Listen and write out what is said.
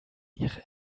ihre